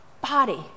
body